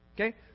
Okay